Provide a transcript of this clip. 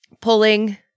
pulling